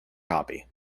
copy